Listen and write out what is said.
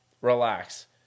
relax